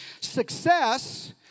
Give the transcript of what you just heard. Success